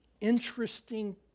interesting